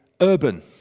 urban